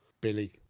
Billy